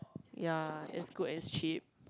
ya it's good and it's cheap